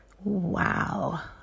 Wow